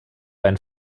ein